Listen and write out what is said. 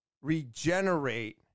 regenerate